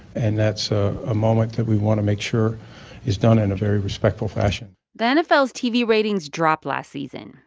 and that's ah a moment that we want to make sure is done in a very respectful fashion the and nfl's tv ratings dropped last season.